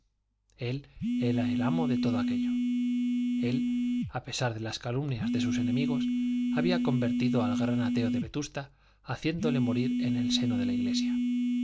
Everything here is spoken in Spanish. él era el amo de todo aquello él a pesar de las calumnias de sus enemigos había convertido al gran ateo de vetusta haciéndole morir en el seno de la iglesia